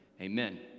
Amen